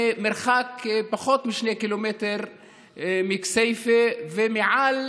מרחק פחות מ-2 ק"מ מכסייפה וממעל